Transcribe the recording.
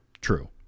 True